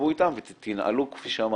תשבו איתם ותנעלו, כפי שאמרתי.